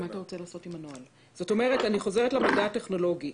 אני חוזרת למידע הטכנולוגי.